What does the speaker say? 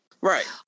right